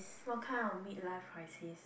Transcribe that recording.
what kind of mid life crisis